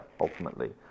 ultimately